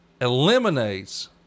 eliminates